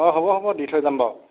অ হ'ব হ'ব দি থৈ যাম বাৰু